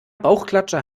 bauchklatscher